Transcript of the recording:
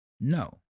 No